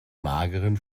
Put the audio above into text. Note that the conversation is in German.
mageren